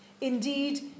Indeed